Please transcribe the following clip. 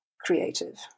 creative